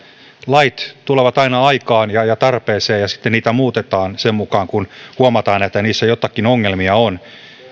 lait tulevat aina aikaan ja ja tarpeeseen ja sitten niitä muutetaan sitä mukaa kuin huomataan että niissä joitakin ongelmia on